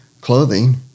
clothing